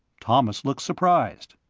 thomas looked surprised.